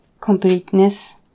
completeness